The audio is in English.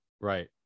Right